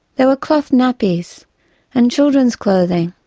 there were cloth nappies and children's clothing.